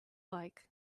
like